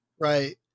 Right